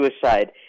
suicide